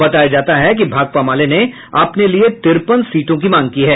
बताया जाता है कि भाकपा माले ने अपने लिये तिरपन सीटों की मांग की है